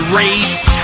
race